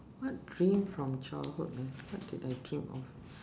what dream from childhood eh what did I dream of